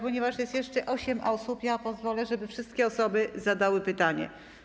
Ponieważ jest jeszcze osiem osób, pozwolę, żeby wszystkie one zadały pytanie.